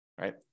right